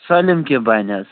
سٲلِم کیٚنٛہہ بَنہِ حظ